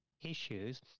issues